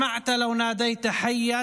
להלן תרגומם: "היית נשמע אילו היית קורא לחי,